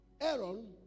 Aaron